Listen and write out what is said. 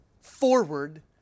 forward